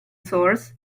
source